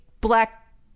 black